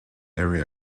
area